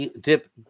dip